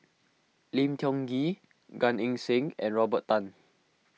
Lim Tiong Ghee Gan Eng Seng and Robert Tan